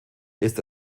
ist